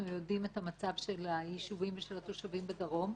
יודעים את המצב של היישובים ושל התושבים בדרום.